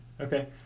Okay